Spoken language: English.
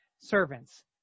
servants